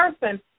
person